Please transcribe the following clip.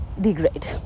degrade